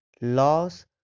laws